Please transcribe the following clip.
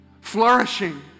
flourishing